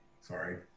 sorry